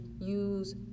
use